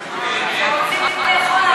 ההסתייגויות לסעיף 20,